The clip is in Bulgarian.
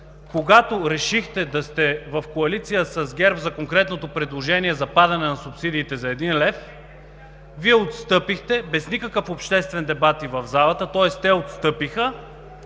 Когато решихте да сте в коалиция с ГЕРБ за конкретното предложение за падане на субсидиите, за 1 лв., Вие отстъпихте без никакъв обществен дебат, и в залата, тоест те отстъпиха,